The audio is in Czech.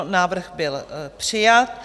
Návrh byl přijat.